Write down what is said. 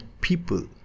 people